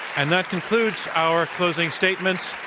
and that concludes our closing statements.